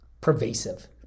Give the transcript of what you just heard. pervasive